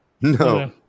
No